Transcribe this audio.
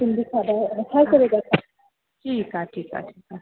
ठीकु आहे ठीकु आहे